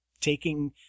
taking